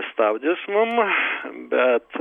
stabdis mum bet